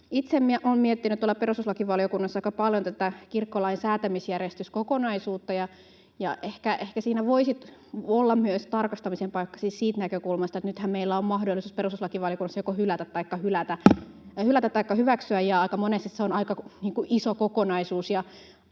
Itse olen miettinyt tuolla perustuslakivaliokunnassa aika paljon tätä kirkkolain säätämisjärjestyskokonaisuutta, ja ehkä siinä voisi olla myös tarkastamisen paikka siis siitä näkökulmasta, että nythän meillä on mahdollisuus perustuslakivaliokunnassa joko hylätä taikka hyväksyä, ja aika monesti se on aika iso kokonaisuus